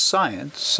Science